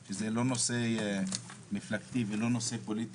כך שזה לא נושא מפלגתי ולא פוליטי.